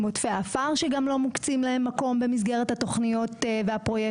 עם עודפי עפר שגם לא מוקצים להם מקום במסגרת התוכניות והפרויקטים.